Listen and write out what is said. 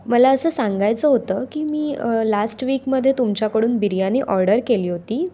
मला असं सांगायचं होतं की मी लास्ट वीकमध्ये तुमच्याकडून बिर्यानी ऑर्डर केली होती